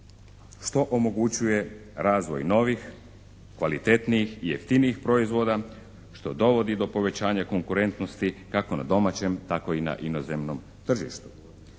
što omogućuje razvoj novih, kvalitetnijih i jeftinijih proizvoda što dovodi do povećanja konkurentnosti kako na domaćem tako i na inozemnom tržištu.